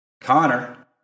Connor